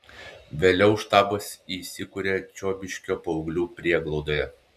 vėliau štabas įsikuria čiobiškio paauglių prieglaudoje